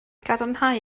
gadarnhau